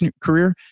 career